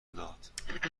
داد